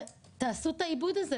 תעשו את העיבוד הזה.